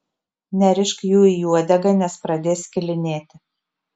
nerišk jų į uodegą nes pradės skilinėti